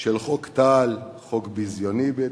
של חוק טל, חוק ביזיוני לתפיסתי,